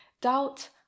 Doubt